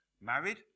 married